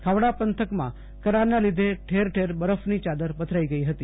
ખાવડા પંથકમાં કરાંના લીધે ઠેર ઠેર બરફની ચાદર પથરાઈ ગઈ ફતી